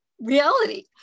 reality